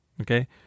Okay